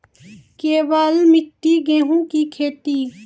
केवल मिट्टी गेहूँ की खेती?